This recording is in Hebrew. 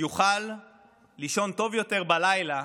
יוכל לישון טוב יותר בלילה,